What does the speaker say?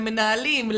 למנהלים,